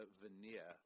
veneer